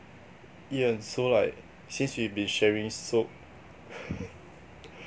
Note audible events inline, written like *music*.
Ian so like since we've been sharing so *laughs*